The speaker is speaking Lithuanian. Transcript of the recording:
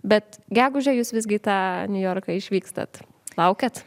bet gegužę jūs visgi į tą niujorką išvykstat laukiat